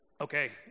okay